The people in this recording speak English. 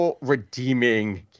redeeming